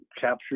capture